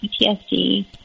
PTSD